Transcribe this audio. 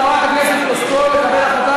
חבר הכנסת טיבי,